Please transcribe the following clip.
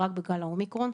רק בגל האומיקרון.